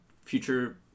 future